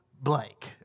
blank